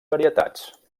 varietats